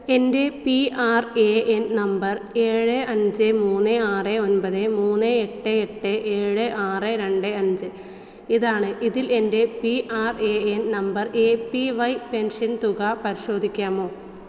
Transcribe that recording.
എൻ്റെ P R A N number ഏഴ് അഞ്ച് മൂന്ന് ആറ് ഒമ്പത് മൂന്ന് എട്ട് എട്ട് ഏഴ് ആറ് രണ്ട് അഞ്ച് ഇതാണ് ഇതിൽ എൻ്റെ P R A N number A P Y pension തുക പരിശോധിക്കാമോ